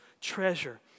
treasure